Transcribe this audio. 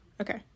okay